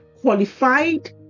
qualified